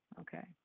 Okay